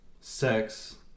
sex